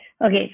okay